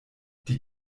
die